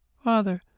father